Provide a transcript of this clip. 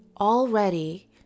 already